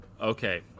Okay